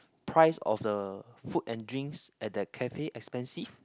price of the food and drinks at that cafe expensive